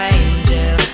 angel